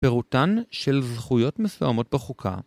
פירוטן של זכויות מסוימות בחוקה.